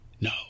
no